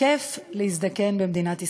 כיף להזדקן במדינת ישראל.